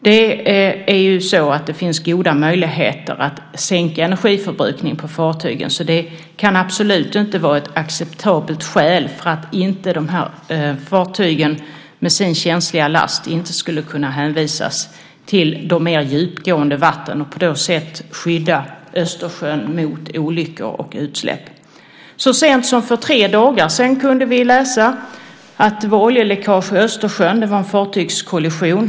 Det finns goda möjligheter att sänka energiförbrukningen på fartygen. Det kan absolut inte vara acceptabelt skäl för att fartygen med sin känsliga last inte skulle kunna hänvisas till vatten med mer djupgående och på så sätt skydda Östersjön mot olyckor och utsläpp. Så sent som för tre dagar sedan kunde vi läsa att det var ett oljeläckage i Östersjön. Det var en fartygskollision.